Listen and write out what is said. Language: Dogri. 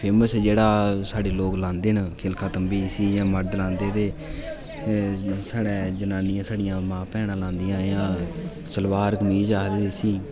फेमस जेह्ड़ा साढ़े लोग लांदे न खिलका तंबी जिसी मर्द लांदे ते साढ़े जनानियां साढ़े ते माँ भैन लांदियां ते सलवार कमीज आखदे जिसी